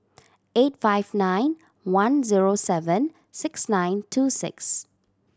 eight five nine one zero seven six nine two six